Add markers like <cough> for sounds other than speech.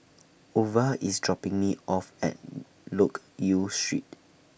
Ova IS dropping Me off At <hesitation> Loke Yew Street